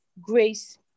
grace